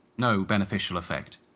no beneficial effect.